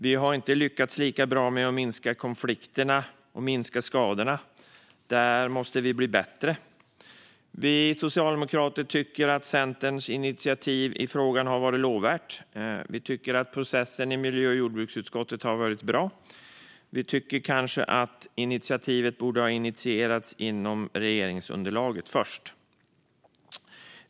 Vi har dock inte lyckats lika bra med att minska konflikterna och skadorna, och här måste vi bli bättre. Vi socialdemokrater tycker att Centerns initiativ i frågan är lovvärt och att processen i miljö och jordbruksutskottet har varit bra. Kanske borde detta dock ha initierats inom regeringsunderlaget först.